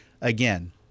again